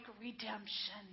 Redemption